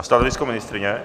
A stanovisko ministryně?